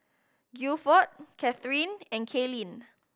Guilford Cathryn and Kalyn